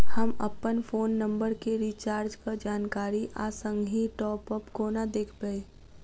हम अप्पन phone number केँ रिचार्जक जानकारी आ संगहि टॉप अप कोना देखबै?